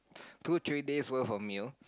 two three days worth of meal